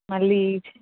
మళ్ళీ